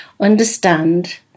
understand